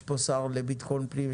יש פה שר לבטחון פנים,